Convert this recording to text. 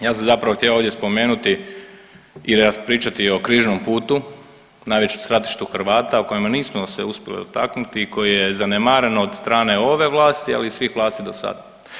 Ja sam zapravo htio ovdje spomenuti i pričati o križnom putu, najvećem stratištu Hrvata o kojem nismo se uspjeli dotaknuti i koji je zanemaren od strane ove vlasti, ali i svih vlasti dosada.